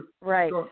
right